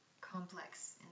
complex